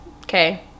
okay